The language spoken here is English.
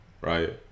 right